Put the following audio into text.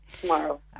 Tomorrow